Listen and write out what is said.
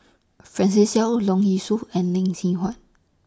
Francis Seow Leong Yee Soo and Lee Seng Huat